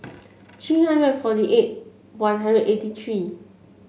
three hundred forty eight One Hundred eighty three